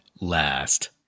last